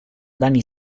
danni